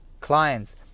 clients